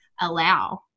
allow